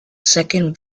second